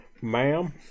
ma'am